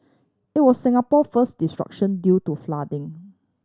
it was Singapore first disruption due to flooding